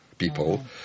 people